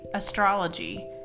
astrology